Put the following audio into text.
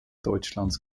deutschlands